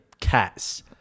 cats